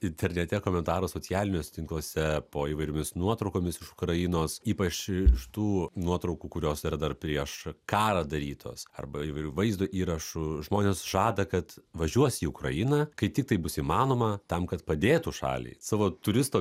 internete komentarų socialiniuose tinkluose po įvairiomis nuotraukomis iš ukrainos ypač ir iš tų nuotraukų kurios yra dar prieš karą darytos arba įvairių vaizdo įrašų žmonės žada kad važiuos į ukrainą kai tiktai bus įmanoma tam kad padėtų šaliai savo turisto